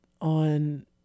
on